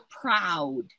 proud